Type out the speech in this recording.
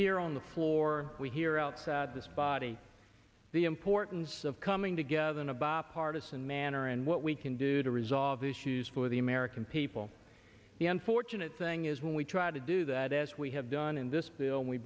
here on the floor we hear out this body the importance of coming together in a bipartisan manner and what we can do to resolve the issues for the american people the unfortunate thing is when we try to do that as we have done in this bill and we